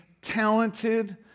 talented